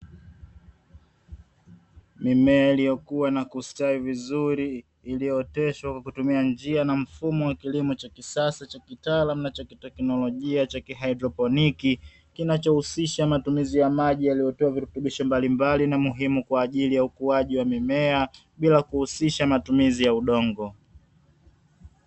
Mimea iliyokuwa na kustawi vizuri iliyooteshwa kwa kutumia mfumo wa kilimo cha kisasa, kitaalamu na kiteknolojia cha kihaidroponiki, kinachohusisha matumizi ya maji yaliyowekewa virutubisho mbalimbali muhimu Kwa ajili ya ukuwaji wa mimea bila kuhusianisha matumizi ya udongo.